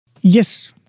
yes